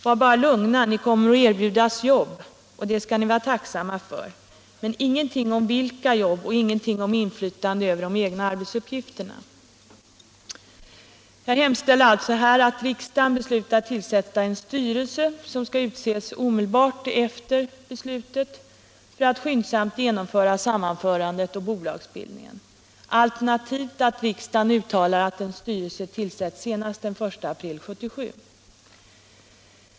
Var bara lugna — ni kommer att erbjudas jobb, säger man, och det skall ni vara tacksamma för. Men det står ingenting om vilka jobb det är och ingenting om inflytande över de egna arbetsuppgifterna. Jag hemställer alltså här att riksdagen beslutar tillsätta en styrelse som skall utses omedelbart efter beslutet för att skyndsamt genomföra sammanförandet och bolagsbildningen, alternativt att riksdagen uttalar att en styrelse tillsätts senast den 1 april 1977.